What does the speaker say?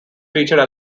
featured